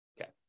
Okay